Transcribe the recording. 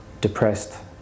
depressed